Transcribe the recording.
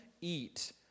eat